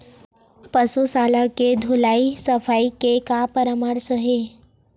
पशु शाला के धुलाई सफाई के का परामर्श हे?